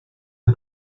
del